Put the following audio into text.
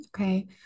Okay